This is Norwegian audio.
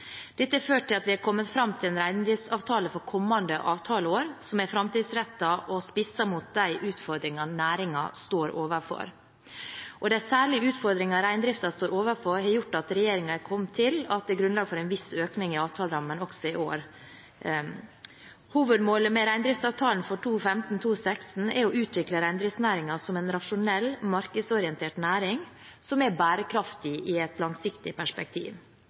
Dette har ført til at vi har kommet fram til en reindriftsavtale for kommende avtaleår som er framtidsrettet, og spisset mot de utfordringene næringen står overfor. De særlige utfordringer reindriften står overfor, har gjort at regjeringen har kommet til at det er grunnlag for en viss økning i avtalerammen også i år. Hovedmålet med reindriftsavtalen for 2015/2016 er å utvikle reindriftsnæringen som en rasjonell, markedsorientert næring som er bærekraftig i et langsiktig perspektiv.